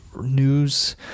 news